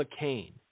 McCain